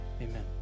Amen